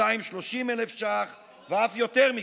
230,000 ש"ח ואף יותר מכך.